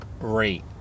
rate